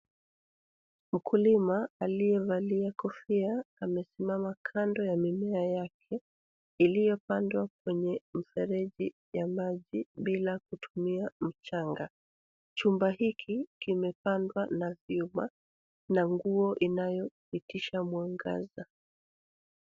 Mkulima aliyevalia kofia amesimama kando ya mimea yake, iliyopandwa kwenye mifereji ya maji bila kutumia mchanga. Chumba hiki kimepandwa na vyuma na nguo inayopitisha mwangaza.